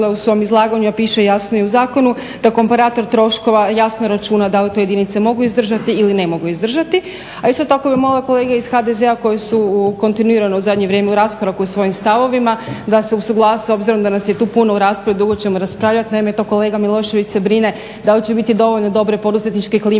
u svom izlaganju a piše jasno i u zakonu da komparator troškova jasno računa da auto jedinice mogu izdržati ili ne mogu izdržati. A isto tako bih molila kolege iz HDZ-a koji su kontinuirano u zadnje vrijeme u raskoraku u svojim stavovima da se usuglase obzirom da nas je tu puno u raspravi, dugo ćemo raspravljati. Naime, kolega Milošević se brine da li će biti dovoljno dobre poduzetničke klime